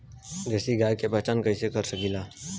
देशी गाय के पहचान कइसे कर सकीला?